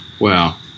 wow